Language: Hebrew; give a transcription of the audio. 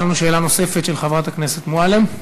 יש לנו שאלה נוספת של חברת הכנסת מועלם.